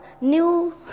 new